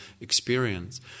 experience